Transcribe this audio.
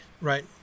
right